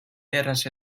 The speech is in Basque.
erraz